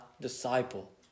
disciple